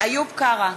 איוב קרא,